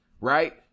right